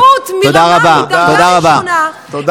זו צביעות מדרגה ראשונה, תודה רבה.